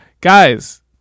Guys